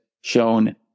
shown